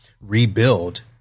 rebuild